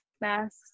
masks